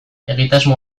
egitasmo